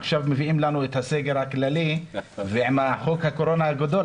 עכשיו מביאים לנו את הסגר הכללי עם חוק הקורונה הגדול.